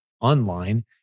online